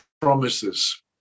promises